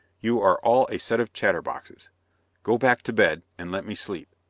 you are all a set of chatterboxes go back to bed, and let me sleep.